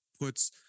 puts